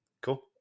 Cool